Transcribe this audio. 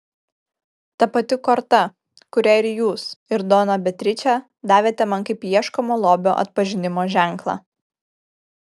ta pati korta kurią ir jūs ir dona beatričė davėte man kaip ieškomo lobio atpažinimo ženklą